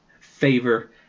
favor